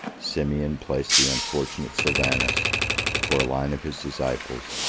simeon placed the unfortunate sylvanus before a line of his disciples,